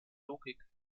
logik